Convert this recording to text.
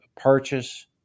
purchase